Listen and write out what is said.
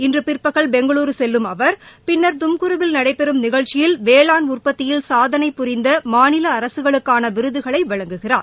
இன்று பிற்பகல் பெங்களுரூ செல்லும் அவர் பின்னர் தும்குருவில் நடைபெறும் நிகழ்ச்சியில் வேளாண் உற்பத்தியில் சாதனை புரிந்த மாநில அரசுகளுக்கான விருதுகளை வழங்கிறார்